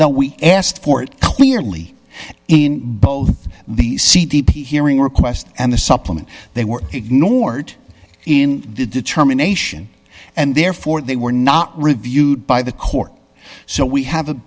though we asked for it clearly in both the c d p hearing request and the supplement they were ignored in the determination and therefore they were not reviewed by the court so we have a